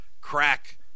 crack